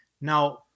Now